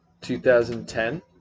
2010